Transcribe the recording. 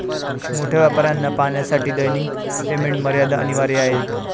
मोठ्या व्यापाऱ्यांना पाहण्यासाठी दैनिक पेमेंट मर्यादा अनिवार्य आहे